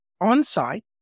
on-site